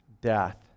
death